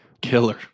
killer